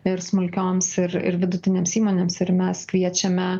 ir smulkioms ir ir vidutinėms įmonėms ir mes kviečiame